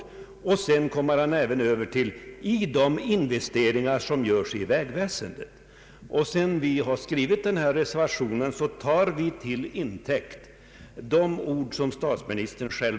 Sedan nämnde han också investeringar som görs i vägväsendet. Vi som reserverat oss på det här avsnittet tar fasta på statsministerns ord.